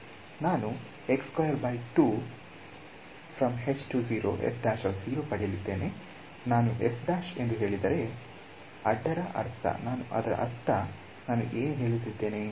ನಾನು ಪಡೆಯಲಿದ್ದೇನೆ ನಾನು ಎಂದು ಹೇಳಿದರೆ ಅಡ್ಡರ ಅರ್ಥ ನಾನು ಏನು ಹೇಳುತ್ತಿದ್ದೇನೆ